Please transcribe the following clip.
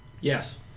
Yes